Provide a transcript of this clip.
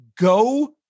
go